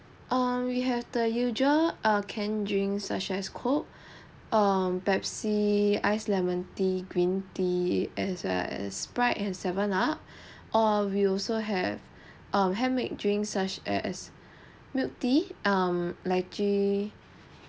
um we have the usual err can drinks such as coke err pepsi ice lemon tea green tea as well as sprite and seven up or we also have um handmade drinks such as milk tea um lychee